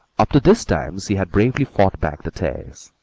up to this time she had bravely fought back the tears,